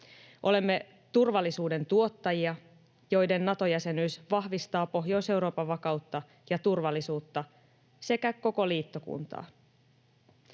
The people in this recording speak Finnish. Olemme turvallisuuden tuottajia, joiden Nato-jäsenyys vahvistaa Pohjois-Euroopan vakautta ja turvallisuutta sekä koko liittokuntaa.